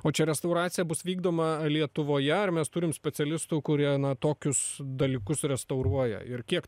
o čia restauracija bus vykdoma lietuvoje ar mes turim specialistų kurie tokius dalykus restauruoja ir kiek